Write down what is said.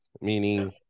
Meaning